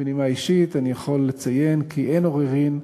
ובנימה אישית, אני יכול לציין כי אין עוררין,